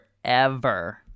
forever